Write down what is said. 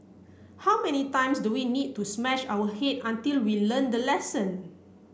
how many times do we need to smash our head until we learn the lesson